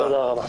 תודה רבה.